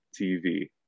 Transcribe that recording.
TV